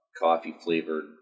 coffee-flavored